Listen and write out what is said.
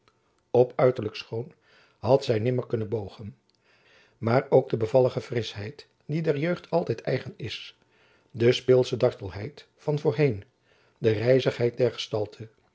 op uiterlijk schoon had zy nimmer kunnen bogen maar ook de bevallige frischheid die der jeugd altijd eigen is de speelsche dartelheid van voorheen de